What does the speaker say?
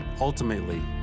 Ultimately